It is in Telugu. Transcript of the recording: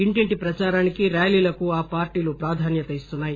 ఇంటింటి ప్రచారానికి ర్యాలీలకు ఆ పార్టీలు ప్రాధాన్యత ఇస్తున్నాయి